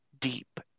deep